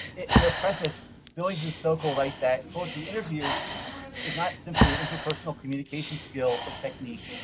in a preface, billings and stoeckle write that, quote, the interview is not simply an interpersonal communication skill or technique,